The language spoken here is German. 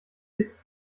ist